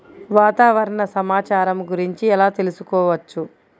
వాతావరణ సమాచారము గురించి ఎలా తెలుకుసుకోవచ్చు?